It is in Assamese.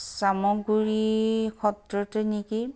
চামগুৰি সত্ৰতে নেকি